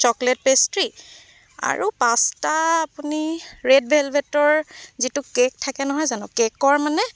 chocolate pastry আৰু পাঁচটা আপুনি ৰেড ভেলভেটৰ যিটো কেক থাকে নহয় জানোঁ কেকৰ মানে